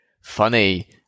funny